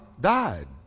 died